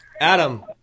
Adam